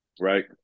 right